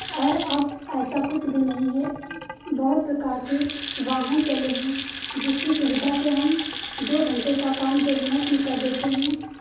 और अब ऐसा कुछ भी नहीं है बहुत प्रकार के वाहन चले हैं जिसकी सुविधा से हम दो घंटे का काम दो मिनट में कर देते हैं